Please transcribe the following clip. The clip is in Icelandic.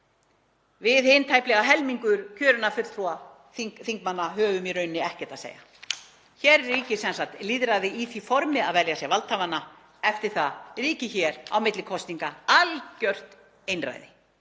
Við hin, tæplega helmingur kjörinna fulltrúa, þingmanna, höfum í rauninni ekkert að segja. Hér ríkir sem sagt lýðræði í því formi að velja sér valdhafana. Eftir það ríkir hér á milli kosninga algjört einræði